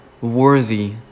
worthy